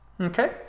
Okay